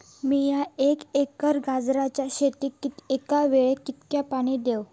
मीया एक एकर गाजराच्या शेतीक एका वेळेक कितक्या पाणी देव?